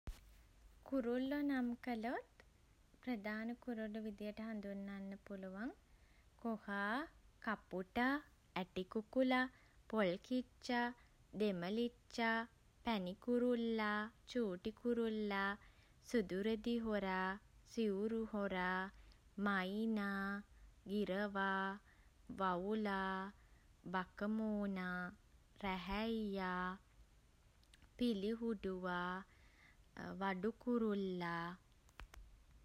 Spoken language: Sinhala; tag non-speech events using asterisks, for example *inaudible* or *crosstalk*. කුරුල්ලෝ නම් කළොත් *hesitation* ප්‍රධාන කුරුල්ලෝ විදියට හඳුන්වන්න පුළුවන්. කොහා කපුටා ඇටි කුකුළා පොල්කිච්චා දෙමලිච්චා පැණි කුරුල්ලා චූටි කුරුල්ලා සුදු රෙදි හොරා සිවුරු හොරා මයිනා ගිරවා වවුලා බකමූණා රැහැයියා *hesitation* පිළිහුඩුවා *hesitation* වඩු කුරුල්ලා